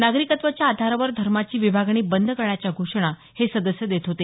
नागरिकत्वाच्या आधारावर धर्माची विभागणी बंद करण्याच्या घोषणा हे सदस्य देत होते